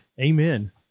amen